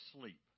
sleep